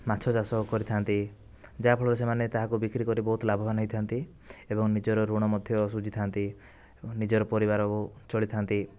ମାଛ ଚାଷ କରିଥାନ୍ତି ଯାହାଫଳରେ ସେମାନେ ତାହାକୁ ବିକ୍ରି କରି ବହୁତ ଲାଭବାନ ହୋଇଥାନ୍ତି ଏବଂ ନିଜର ଋଣ ମଧ୍ୟ ସୁଝିଥା'ନ୍ତି ନିଜର ପରିବାରକୁ ଚଳିଥାନ୍ତି